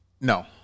No